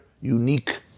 unique